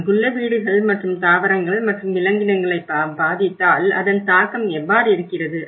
அங்குள்ள வீடுகள் மற்றும் தாவரங்கள் மற்றும் விலங்கினங்களை பாதித்தால் அதன் தாக்கம் எவ்வாறு இருக்கிறது